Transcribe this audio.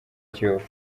kiyovu